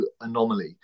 anomaly